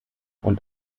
und